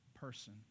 person